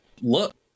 look